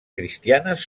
cristianes